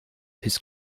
his